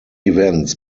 events